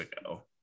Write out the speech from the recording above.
ago